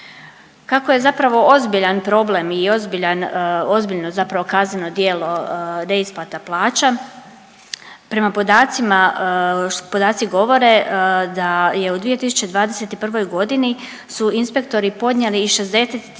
Kako je zapravo ozbiljan problem i ozbiljan i ozbiljno zapravo kazneno djelo neisplata plaća prema podacima, što podaci govore da je u 2021. godini su inspektori podnijeli i 64 kaznene